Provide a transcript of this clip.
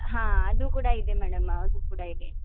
ಹಾಂ ಅದು ಕೂಡ ಇದೆ ಮೇಡಮ ಅದು ಕೂಡ ಇದೆ